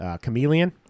chameleon